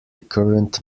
current